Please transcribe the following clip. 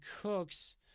Cooks